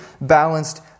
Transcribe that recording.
balanced